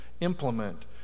implement